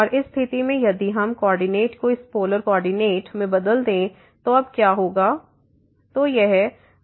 और इस स्थिति में यदि हम कोऑर्डिनेट को इस पोलर कोऑर्डिनेट में बदल दें तो अब क्या होगा